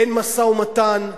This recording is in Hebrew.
אין משא-ומתן,